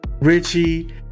Richie